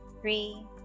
Three